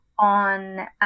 on